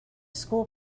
school